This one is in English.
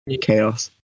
chaos